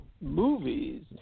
movies